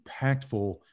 impactful